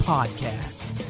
Podcast